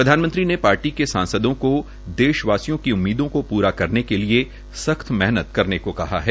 प्रधानमंत्री ने पार्टी के सांसदों को देशवासियों की उम्मीदों को पूरा करने के लिए सख्त मेहनत करने को कहा है